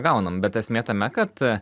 gaunam bet esmė tame kad